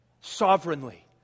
Sovereignly